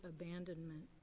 abandonment